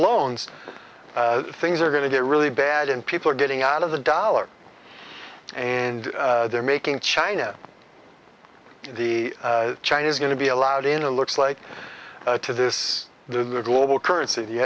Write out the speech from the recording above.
loans things are going to get really bad and people are getting out of the dollar and they're making china the chinese going to be allowed in a looks like to this the global currency the